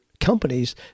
companies